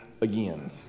again